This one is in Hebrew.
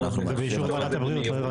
אנחנו מדברים על הוועדה ובחוק